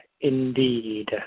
indeed